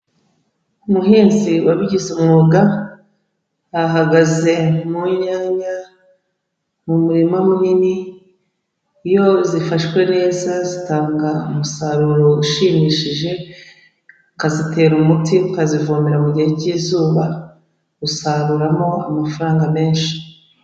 Umuhinzi wabigize umwuga, ahagaze mu nyanya, mu murima munini iyo zifashwe neza zitanga umusaruro ushimishije, ukazitera umuti, ukazivomera mu gihe k'izuba usaruramo amafaranga menshi.